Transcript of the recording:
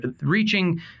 reaching